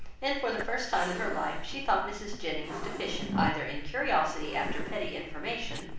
and for the first time in her life, she thought mrs. jennings deficient either in curiosity after petty information,